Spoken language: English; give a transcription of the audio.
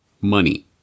Money